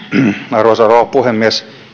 arvoisa rouva puhemies